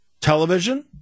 television